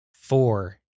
four